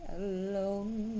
alone